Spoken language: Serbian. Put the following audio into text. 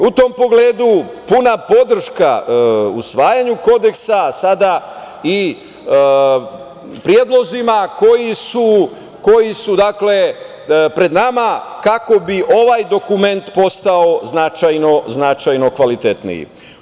U tom pogledu puna podrška usvajanju Kodeksa, sada i predlozima koji su pred nama, kako bi ovaj dokument postao značajno kvalitetniji.